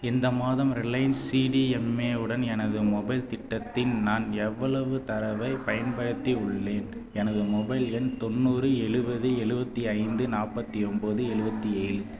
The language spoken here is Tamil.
இந்த மாதம் ரிலையன்ஸ் சிடிஎம்ஏ உடன் எனது மொபைல் திட்டத்தின் நான் எவ்வளவு தரவைப் பயன்படுத்தி உள்ளேன் எனது மொபைல் எண் தொண்ணூறு எழுவது எழுவத்தி ஐந்து நாற்பத்தி ஒம்பது எழுவத்தி ஏழு